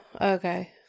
Okay